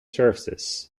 surfaces